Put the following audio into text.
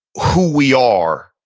who we are,